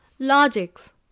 Logics